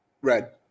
red